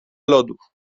lodów